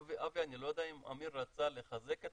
אבי, אני לא יודע אם אמיר רצה לחזק את